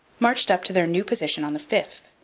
marched up to their new position on the fifth,